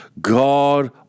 God